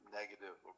negative